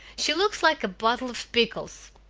she looks like a bottle of pickles!